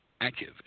active